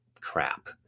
crap